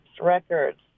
records